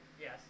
yes